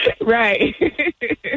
Right